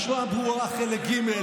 משנה ברורה חלק ג',